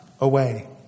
away